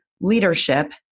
leadership